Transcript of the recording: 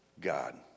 God